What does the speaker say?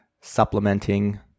supplementing